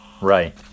Right